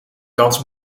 kans